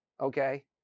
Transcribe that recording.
Okay